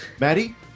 Maddie